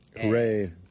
Hooray